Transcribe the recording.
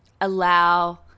Allow